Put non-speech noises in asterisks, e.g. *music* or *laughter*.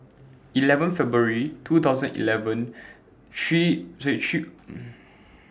eleven February two thousand eleven three *unintelligible* three *noise*